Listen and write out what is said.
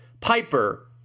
Piper